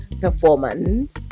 performance